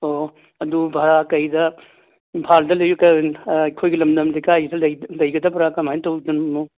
ꯑꯣ ꯑꯗꯨ ꯚꯥꯔꯥ ꯀꯩꯗ ꯏꯝꯐꯥꯜꯗ ꯅ꯭ꯌꯨ ꯑꯩꯈꯣꯏꯒꯤ ꯂꯝꯗꯝꯁꯦ ꯀꯗꯥꯏꯗ ꯂꯩꯒꯗꯕꯔꯥ ꯀꯃꯥꯏ ꯇꯧꯗꯣꯔꯤꯕꯅꯣ